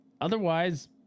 otherwise